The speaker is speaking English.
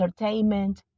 entertainment